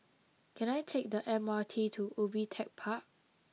can I take the M R T to Ubi Tech Park